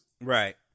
Right